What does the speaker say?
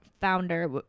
founder